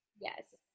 Yes